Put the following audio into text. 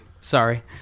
Sorry